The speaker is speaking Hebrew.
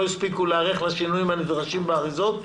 הספיקו להיערך לשינויים הנדרשים באריזות.